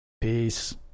Peace